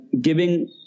giving